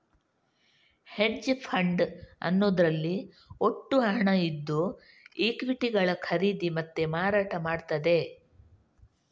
hedge fund ಅನ್ನುದ್ರಲ್ಲಿ ಒಟ್ಟು ಹಣ ಇದ್ದು ಈಕ್ವಿಟಿಗಳ ಖರೀದಿ ಮತ್ತೆ ಮಾರಾಟ ಮಾಡ್ತದೆ